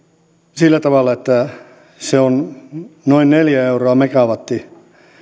sillä tavalla että se on noin neljä euroa megawatti